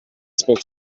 spoke